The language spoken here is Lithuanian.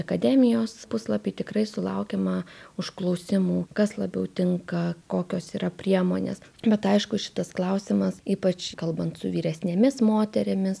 akademijos puslapy tikrai sulaukiama užklausimų kas labiau tinka kokios yra priemonės bet aišku šitas klausimas ypač kalbant su vyresnėmis moterimis